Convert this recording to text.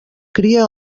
cria